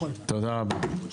תודה רבה.